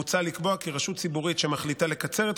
מוצע לקבוע כי רשות ציבורית שמחליטה לקצר את